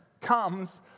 comes